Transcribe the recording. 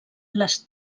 les